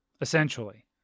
essentially